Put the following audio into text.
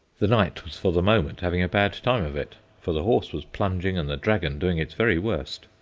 the knight was for the moment having a bad time of it, for the horse was plunging and the dragon doing its very worst.